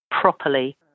properly